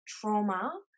trauma